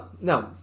no